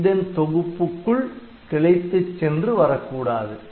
IF THEN தொகுப்புக்குள் கிளைத்துச் சென்று வரக்கூடாது